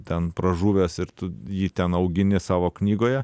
ten pražuvęs ir tu jį ten augini savo knygoje